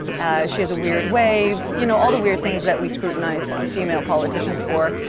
she has a weird wave you know, all the weird things that we scrutinize female politicians for.